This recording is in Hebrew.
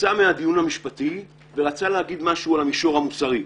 יצא מהדיון המשפטי ורצה להגיד משהו על המישור המוסרי.